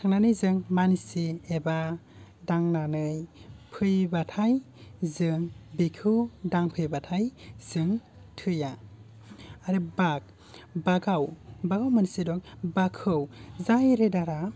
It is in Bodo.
थांनानै जों मानसि एबा दांनानै फैबाथाय जों बेखौ दांफैबाथाय जों थैया आरो भाग भागाव मोनसे दं भागखौ जाय राइडारा